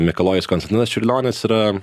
mikalojus konstantinas čiurlionis yra